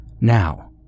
now